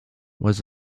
was